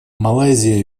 малайзия